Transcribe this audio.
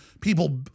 people